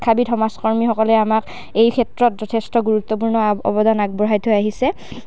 বীদ সমাজকৰ্মীসকলে আমাক এই ক্ষেত্ৰত যথেষ্ট গুৰুত্বপূৰ্ণ অৱদান আগবঢ়াই থৈ আহিছে